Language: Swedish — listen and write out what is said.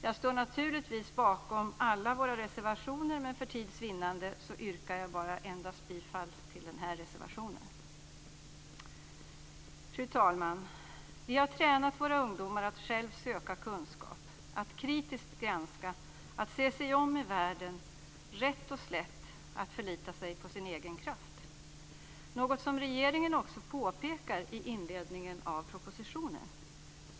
Jag står naturligtvis bakom alla våra reservationer, men för tids vinnande yrkar jag endast bifall till den här reservationen. Vi har tränat våra ungdomar att själva söka kunskap, att kritiskt granska, att se sig om i världen - rätt och slätt att förlita sig på sin egen kraft. Det påpekar också regeringen i inledningen av propositionen.